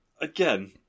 Again